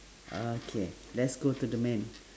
okay let's go to the man